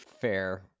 Fair